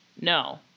No